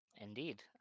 Indeed